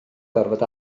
gorfod